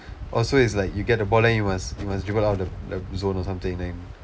oh so it's like you get the ball then you must you must dribble out of the zone or something